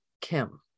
Kim